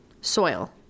Soil